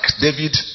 David